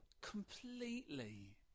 Completely